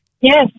Yes